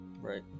Right